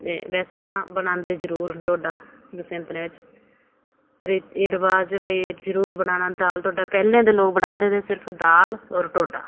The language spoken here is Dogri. वैसे बनांदे जरूर न ढोडा गसैंतने च एह् रवाज़ ऐ जरूर बनाना दाल ढोडा ते पैह्लें ते लोक सिर्फ बनांदे हे दाल ते ढोडा